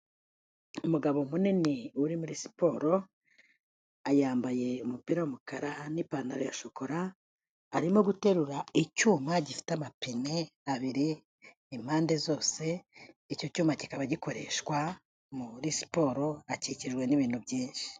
Umugabo munini uri muri siporo, ayambaye umupira w'umukara n'ipantaro ya shokora, arimo guterura icyuma gifite amapine abiri impande zose, icyo cyuma kikaba gikoreshwa muri siporo, akikijwe n'ibintu byinshi.